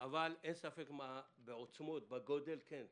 אבל אין ספק, בעוצמות, בגודל - כן.